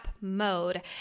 mode